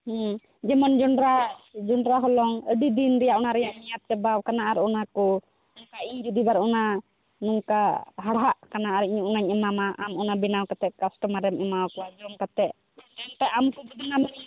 ᱦᱮᱸ ᱡᱮᱢᱚᱱ ᱡᱚᱸᱰᱨᱟ ᱡᱚᱸᱰᱨᱟ ᱦᱚᱞᱚᱝ ᱟᱹᱰᱤ ᱫᱤᱱ ᱨᱮᱭᱟᱜ ᱚᱱᱟ ᱨᱮᱭᱟᱜ ᱢᱮᱭᱟᱫ ᱪᱟᱵᱟᱣᱟᱠᱟᱱᱟ ᱚᱱᱟ ᱠᱚ ᱤᱧ ᱡᱩᱫᱤ ᱮᱵᱟᱨ ᱚᱱᱟ ᱱᱚᱝᱠᱟ ᱦᱟᱲᱦᱟᱫ ᱠᱟᱱᱟ ᱟᱨ ᱚᱱᱟᱧ ᱮᱢᱟᱢᱟ ᱟᱢ ᱚᱱᱟ ᱵᱮᱱᱟᱣ ᱠᱟᱛᱮᱫ ᱠᱟᱥᱴᱚᱢᱟᱨᱮᱢ ᱮᱢᱟᱣᱟᱠᱚᱣᱟ ᱡᱚᱢ ᱠᱟᱛᱮᱫ ᱟᱢ ᱠᱚ ᱵᱚᱫᱽᱱᱟᱢ ᱢᱮᱭᱟ